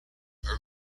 are